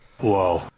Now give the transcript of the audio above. Whoa